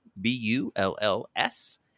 B-U-L-L-S